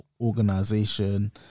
organization